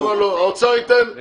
למה לא, האוצר ייתן מצ'ינג, אין בעיה.